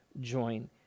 join